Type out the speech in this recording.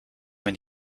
mijn